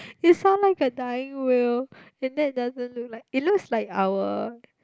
is sound like a dying wheel and then it doesn't look like it looks like our